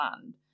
land